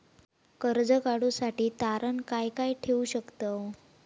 कर्ज काढूसाठी तारण काय काय ठेवू शकतव?